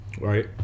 right